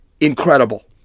incredible